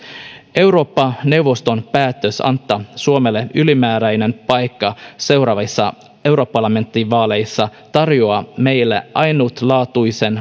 eurooppa neuvoston päätös antaa suomelle ylimääräinen paikka seuraavissa europarlamenttivaaleissa tarjoaa meille ainutlaatuisen